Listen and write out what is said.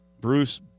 Bruce